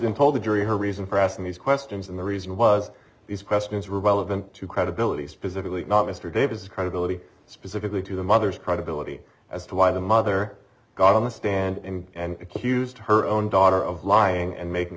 and told the jury her reason for asking these questions and the reason was these questions were violent to credibility specifically not mr davis credibility specifically to the mother's credibility as to why the mother got on the stand and accused her own daughter of lying and making